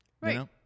Right